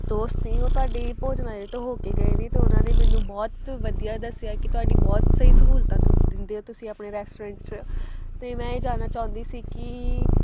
ਦੋਸਤ ਸੀ ਉਹ ਤੁਹਾਡੀ ਭੋਜਨਆਲੇ ਤੋਂ ਹੋ ਕੇ ਗਏ ਨੇ ਅਤੇ ਉਹਨਾਂ ਨੇ ਮੈਨੂੰ ਬਹੁਤ ਵਧੀਆ ਦੱਸਿਆ ਕਿ ਤੁਹਾਡੀ ਬਹੁਤ ਸਹੀ ਸਹੂਲਤਾਂ ਦਿੰਦ ਦਿੰਦੇ ਹੋ ਤੁਸੀਂ ਆਪਣੇ ਰੈਸਟੋਰੈਂਟ 'ਚ ਅਤੇ ਮੈਂ ਇਹ ਜਾਨਣਾ ਚਾਹੁੰਦੀ ਸੀ ਕਿ